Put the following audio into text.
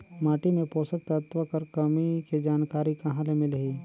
माटी मे पोषक तत्व कर कमी के जानकारी कहां ले मिलही?